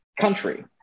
country